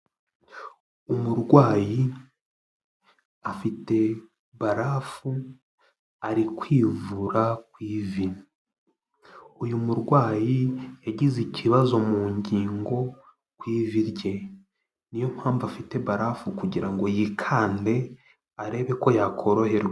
Umurwayi afite barafu ari kwivura ku ivi, uyu murwayi yagize ikibazo mu ngingo ku ivi rye, niyo mpamvu afite barafu kugira ngo yikande arebe ko yakoroherwa.